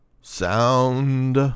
Sound